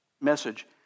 message